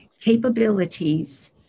capabilities